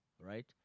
Right